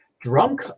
Drunk